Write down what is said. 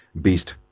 beast